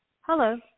Hello